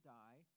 die